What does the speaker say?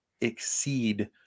exceed